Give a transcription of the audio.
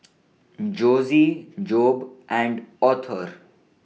Jossie Jobe and Author